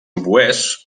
oboès